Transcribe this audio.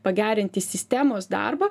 pagerinti sistemos darbą